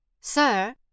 Sir